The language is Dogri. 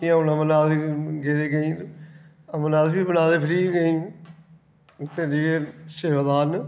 जि'यां हून अमरनाथ गेदे केईं ते अमरनाथ बी बना दे फ्री केईं उत्थै जाइयै सेवादार न